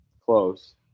Close